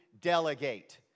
delegate